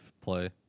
play